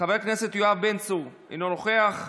חבר הכנסת יואב בן צור, אינו נוכח,